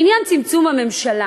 לעניין צמצום הממשלה.